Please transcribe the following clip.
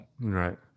Right